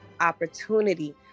opportunity